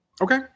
Okay